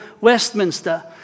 Westminster